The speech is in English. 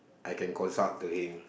I can consult to him